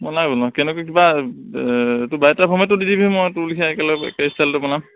মই নাই বনোৱা কেনেকৈ কিবা তোৰ বায়'ডাটা ফৰমেটটো দি দিবিচোন মই তোৰ লেখীয়া একেলগে একে ষ্টাইলতে বনাম